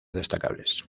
destacables